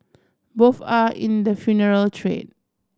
both are in the funeral trade